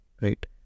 right